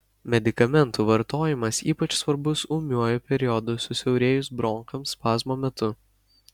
medikamentų vartojimas ypač svarbus ūmiuoju periodu susiaurėjus bronchams spazmo metu